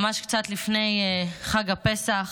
ממש קצת לפני חג הפסח,